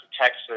Texas